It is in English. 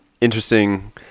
interesting